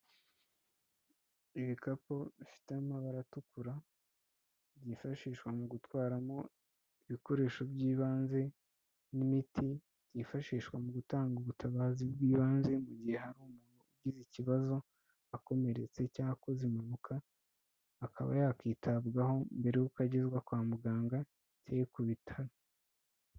Ibikapu bifite amabara atukura, byifashishwa mu gutwaramo ibikoresho by'ibanze, n'imiti, yifashishwa mu gutanga ubutabazi bw'ibanze ,mu gihe hari umuntu ugize ikibazo akomeretse cyangwa akoze impanuka, akaba yakwitabwaho mbere y'uko agezwa kwa muganga, cyangwa ku bitaro.